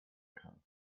kann